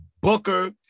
Booker